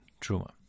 truma